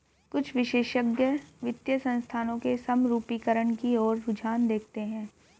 कुछ विशेषज्ञ वित्तीय संस्थानों के समरूपीकरण की ओर रुझान देखते हैं